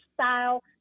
style